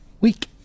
week